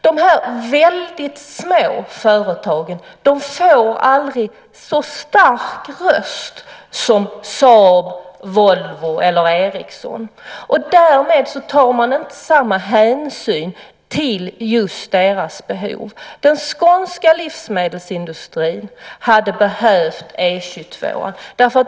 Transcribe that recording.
De väldigt små företagen får aldrig så stark röst som Saab, Volvo eller Ericsson. Därmed tar man inte samma hänsyn till deras behov. Den skånska livsmedelsindustrin hade behövt E 22.